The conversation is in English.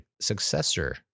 successor